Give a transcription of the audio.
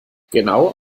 genau